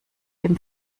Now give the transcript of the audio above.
dem